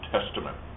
Testament